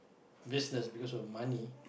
business because of money